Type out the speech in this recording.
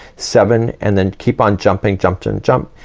seven, and then keep on jumping, jump, jump, jump,